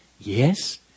Yes